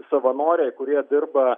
savanoriai kurie dirba